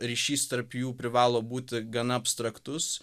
ryšys tarp jų privalo būti gana abstraktus